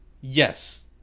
yes